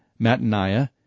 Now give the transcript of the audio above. Mataniah